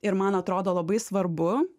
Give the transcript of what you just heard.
ir man atrodo labai svarbu